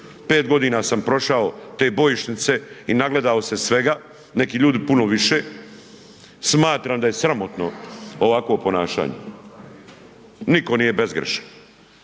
5 godina sam prošao te bojišnice i nagledao se svega, neki ljudi puno više. Smatram da je sramotno ovako ponašanje. Niko nije bezgrešan,